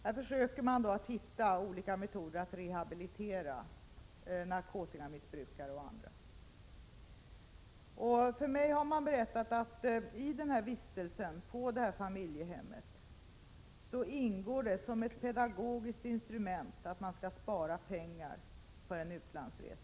Man försöker hitta olika metoder för att rehabilitera narkotikamissbrukare och andra. Man har berättat för mig att i vistelsen på det här familjehemmet ingår det som ett pedagogiskt instrument att man skall spara pengar för en utlandsresa.